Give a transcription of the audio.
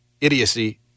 idiocy